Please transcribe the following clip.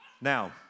Now